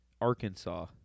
Arkansas